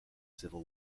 civil